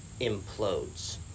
implodes